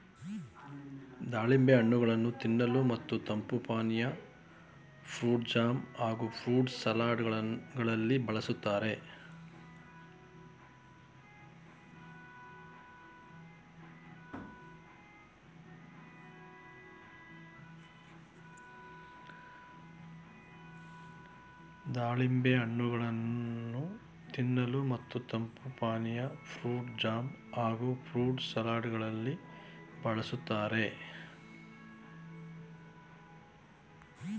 ದಾಳಿಂಬೆ ಹಣ್ಣುಗಳನ್ನು ತಿನ್ನಲು ಮತ್ತು ತಂಪು ಪಾನೀಯ, ಫ್ರೂಟ್ ಜಾಮ್ ಹಾಗೂ ಫ್ರೂಟ್ ಸಲಡ್ ಗಳಲ್ಲಿ ಬಳ್ಸತ್ತರೆ